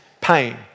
pain